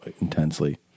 intensely